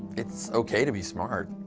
it's okay to be smart.